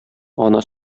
ана